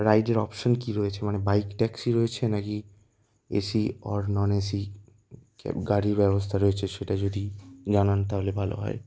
রাইডের অপশন কী রয়েছে মানে বাইক ট্যাক্সি রয়েছে নাকি এসি অর নন এসি গাড়ির ব্যবস্থা রয়েছে সেটা যদি জানান তাহলে ভালো হয়